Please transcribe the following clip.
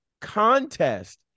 contest